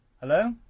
Hello